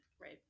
right